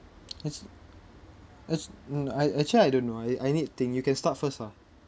it's it's um I actually I don't know I need to think you can start first ah